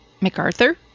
MacArthur